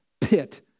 pit